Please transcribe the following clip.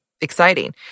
exciting